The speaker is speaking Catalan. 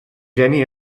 geni